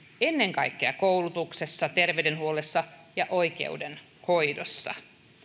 ennen kaikkea koulutuksessa terveydenhuollossa ja oikeudenhoidossa